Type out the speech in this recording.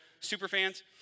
superfans